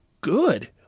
good